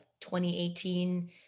2018